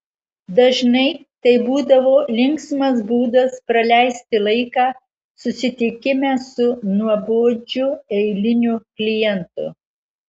dažnai tai būdavo linksmas būdas praleisti laiką susitikime su nuobodžiu eiliniu klientu